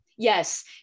yes